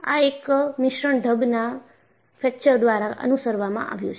આ એક મિશ્રણ ઢબના ફ્રેક્ચર દ્વારા અનુસરવામાં આવ્યુ છે